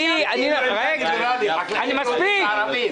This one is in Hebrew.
אני לא ארחיב בעניין הזה.